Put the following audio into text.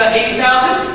eighty thousand?